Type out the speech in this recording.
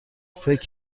فکر